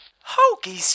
Hokey